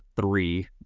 three